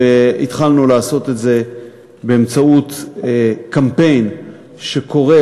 והתחלנו לעשות את זה באמצעות קמפיין שקורא